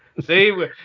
See